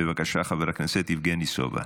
חבר הכנסת יבגני סובה,